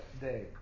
day